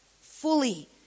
fully